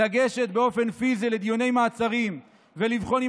לגשת באופן פיזי לדיוני מעצרים ולבחון אם